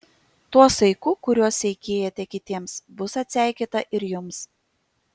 tuo saiku kuriuo seikėjate kitiems bus atseikėta ir jums